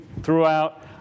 throughout